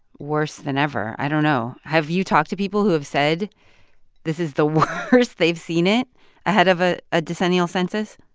worse than ever. i don't know. have you talked to people who have said this is the worst they've seen it ahead of a ah decennial census?